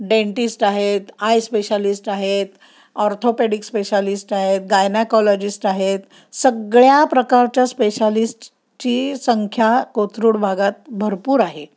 dentist आहेत eye specialist आहेत orthopaedic specialist आहेत गायनाकॉलॉजिस्ट आहेत सगळ्या प्रकारच्या स्पेशालिस्टची संख्या कोथरूड भागात भरपूर आहे